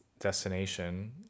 destination